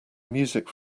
music